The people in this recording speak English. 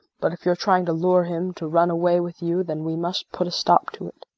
but if you're trying to lure him to run away with you then we must put a stop to it.